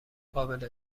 قابل